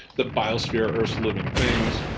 the biosphere, earth's living things.